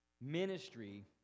Ministry